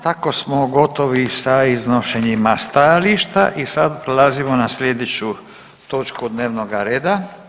Tako smo gotovi sa iznošenjima stajališta i sad prelazimo na sljedeću točku dnevnoga reda.